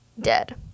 dead